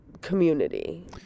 community